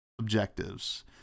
objectives